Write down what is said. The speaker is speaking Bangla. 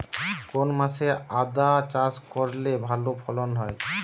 কোন মাসে আদা চাষ করলে ভালো ফলন হয়?